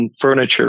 Furniture